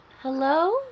Hello